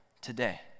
today